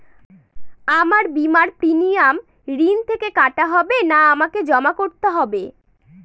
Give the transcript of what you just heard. আমার বিমার প্রিমিয়াম ঋণ থেকে কাটা হবে না আমাকে জমা করতে হবে?